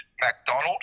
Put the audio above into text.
MacDonald